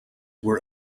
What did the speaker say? were